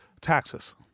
taxes